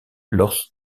lors